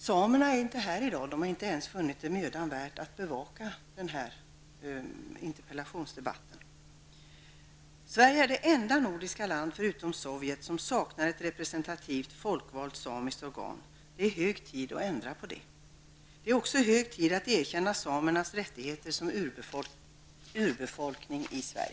Samerna är inte här i dag. De har inte ens funnit det mödan värt att bevaka den här interpellationsdebatten. Sverige är det enda nordiska land förutom Sovjet som saknar ett representativt, folkvalt samiskt organ. Det är hög tid att ändra på det. Det är också hög tid att erkänna samernas rättigheter som urbefolkning i